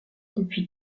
depuis